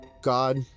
God